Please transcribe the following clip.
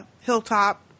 hilltop